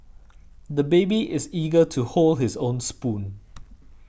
the baby is eager to hold his own spoon